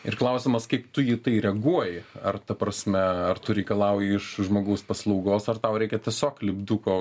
ir klausimas kaip tu jį tai reaguoji ar ta prasme ar tu reikalauji iš žmogaus paslaugos ar tau reikia tiesiog lipduko